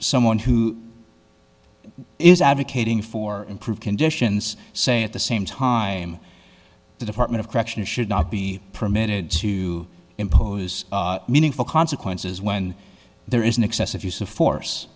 someone who is advocating for improved conditions saying at the same time the department of corrections should not be permitted to impose meaningful consequences when there is an excessive use of force